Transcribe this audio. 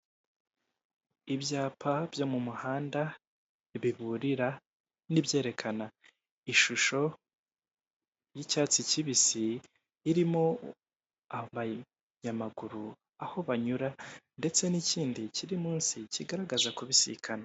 Ibyapa byo mu muhanda bihurira n'ibyerekana ishusho y'icyatsi kibisi irimo abanyamaguru aho banyura ndetse n'ikindi kiri munsi kigaragaza kubisikana.